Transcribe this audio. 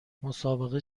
مسابقه